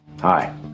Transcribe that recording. Hi